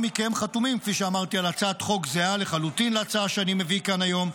כמה מכם חתומים על הצעת חוק זהה לחלוטין להצעה שאני מביא כאן היום.